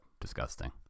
disgusting